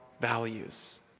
values